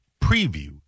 preview